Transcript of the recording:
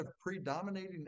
predominating